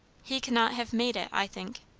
he cannot have made it, i think.